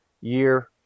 year